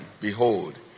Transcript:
behold